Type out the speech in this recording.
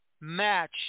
match